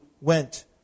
went